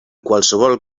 qualsevol